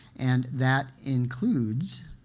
and that includes